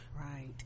right